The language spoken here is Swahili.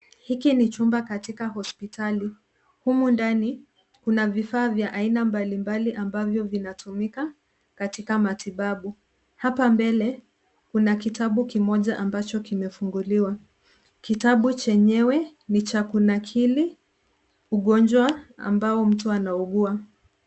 Hiki ni chumba katika hospitali. Humu ndani kuna vifaa vya aina mbalimbali ambavyo vinatumika katika matibabu. Hapa mbele kuna kitabu kimoja ambacho kimefunguliwa. Kitabu chenyewe ni cha kunakili ugonjwa ambao mtu anaugua.